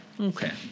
Okay